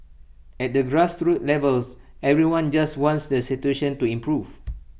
at the grassroots levels everyone just wants the situation to improve